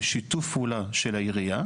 בשיתוף פעולה של העירייה.